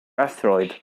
asteroid